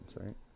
right